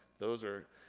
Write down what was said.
those are,